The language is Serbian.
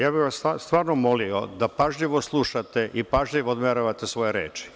Ja bih stvarno molio da pažljivo slušate i pažljivo odmeravate svoje reči.